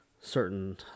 certain